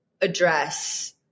address